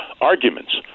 arguments